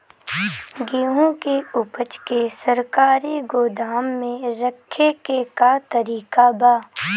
गेहूँ के ऊपज के सरकारी गोदाम मे रखे के का तरीका बा?